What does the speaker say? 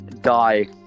Die